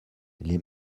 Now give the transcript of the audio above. les